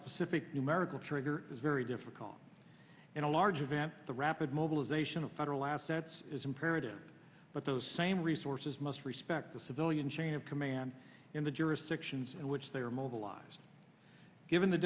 specific numerical trigger is very difficult in a large event the rapid mobilization of federal assets is imperative but those same resources must respect the civilian chain of command in the jurisdictions in which they are mobilized given the